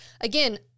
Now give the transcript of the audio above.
Again